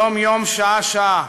יום-יום, שעה-שעה.